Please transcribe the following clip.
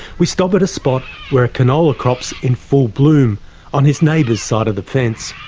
we stop at a spot where a canola crop's in full bloom on his neighbour's side of the fence.